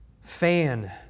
Fan